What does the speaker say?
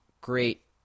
great